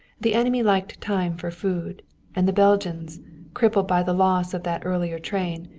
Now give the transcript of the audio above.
the enemy liked time for foods and the belgians crippled by the loss of that earlier train,